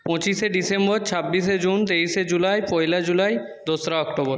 পঁচিশে ডিসেম্বর ছাব্বিশে জুন তেইশে জুলাই পয়লা জুলাই দোসরা অক্টোবর